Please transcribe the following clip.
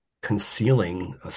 concealing